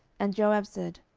and joab said,